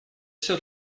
все